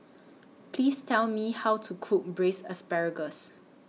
Please Tell Me How to Cook Braised Asparagus